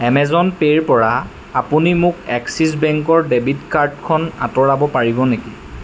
Amazon পে'ৰ পৰা আপুনি মোৰ এক্সিছ বেংকৰ ডেবিট কাৰ্ডখন আঁতৰাব পাৰিব নেকি